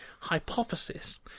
hypothesis